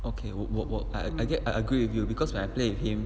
okay 我我我 I get I agree with you because when I play with him